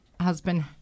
husband